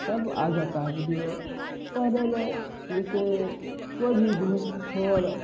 सब आ जाता है वीडियो पहले ज जैसे कोई भी न्यूज़